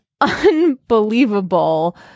unbelievable